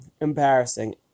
Embarrassing